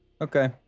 Okay